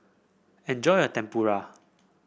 enjoy your Tempura